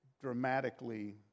dramatically